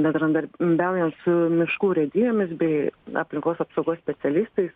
bendradarbiaujant su miškų urėdijomis bei aplinkos apsaugos specialistais